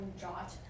jot